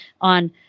on